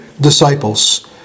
disciples